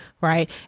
right